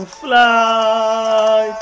fly